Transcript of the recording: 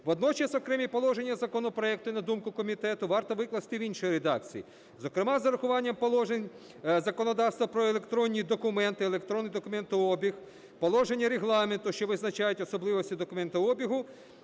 Водночас окремі положення законопроекту, на думку комітету, варто викласти в іншій редакції, зокрема з урахуванням положень законодавства про електронні документи, електронний документообіг, положення Регламенту, що визначають особливості документообігу,